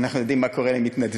ואנחנו יודעים מה קורה למתנדבים.